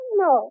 no